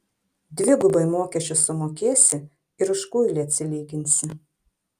dvigubai mokesčius sumokėsi ir už kuilį atsilyginsi